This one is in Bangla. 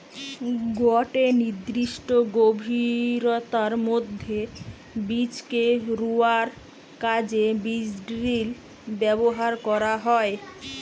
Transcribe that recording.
গটে নির্দিষ্ট গভীরতার মধ্যে বীজকে রুয়ার কাজে বীজড্রিল ব্যবহার করা হয়